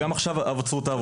וגם עכשיו עצרו את העבודה.